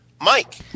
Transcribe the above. Mike